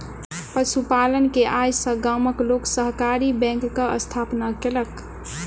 पशु पालन के आय सॅ गामक लोक सहकारी बैंकक स्थापना केलक